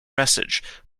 message